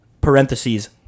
parentheses